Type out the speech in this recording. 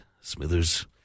Smithers